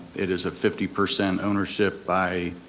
it is a fifty percent ownership by